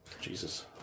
Jesus